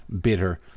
bitter